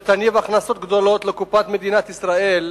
תניב הכנסות גדולות לקופת מדינת ישראל,